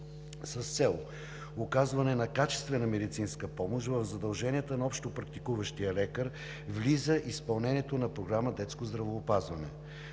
С цел оказване на качествена медицинска помощ в задълженията на общопрактикуващия лекар влиза изпълнението на Програма „Детско здравеопазване“.